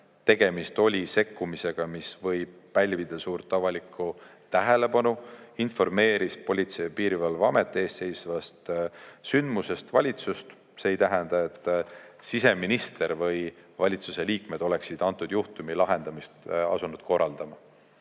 tegemist oli sekkumisega, mis võib pälvida suurt avalikku tähelepanu, informeeris Politsei- ja Piirivalveamet eesseisvast sündmusest valitsust. See ei tähenda, et siseminister või valitsuse liikmed oleksid antud juhtumi lahendamist asunud korraldama.